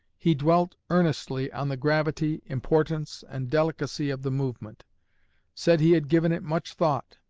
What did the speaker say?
he dwelt earnestly on the gravity, importance, and delicacy of the movement said he had given it much thought,